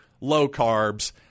low-carbs